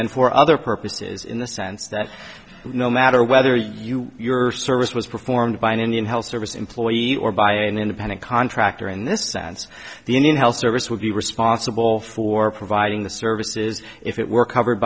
and for other purposes in the sense that no matter whether you are service was performed by an indian health service employee or by an independent contractor in this sense the indian health service would be responsible for providing the services if it were covered